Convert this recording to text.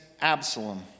Absalom